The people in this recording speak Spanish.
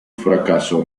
fracaso